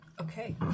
Okay